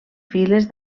files